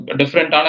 different